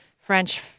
French